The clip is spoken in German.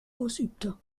ausübte